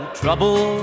trouble